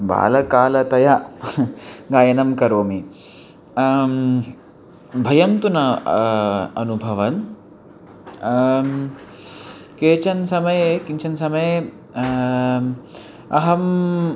बाल्यकालात् गायनं करोमि भयं तु न अनुभवन् केचन समये किञ्चन समये अहं